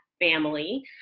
Family